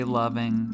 loving